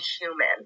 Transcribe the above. human